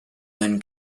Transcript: then